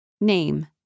Name